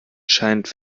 scheint